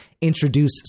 introduce